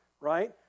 Right